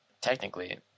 technically